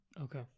Okay